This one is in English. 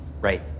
right